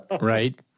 Right